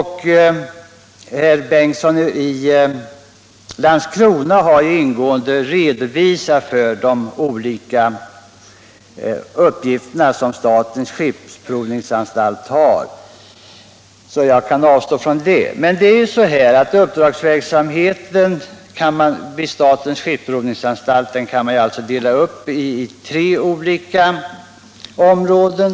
Herr Bengtsson i Landskrona har ju mycket ingående redogjort för de uppgifter som statens skeppsprovningsanstalt har, så jag kan avstå från det. Men det är ju så att verksamheten vid skeppsprovningsanstalten kan delas upp i tre olika områden.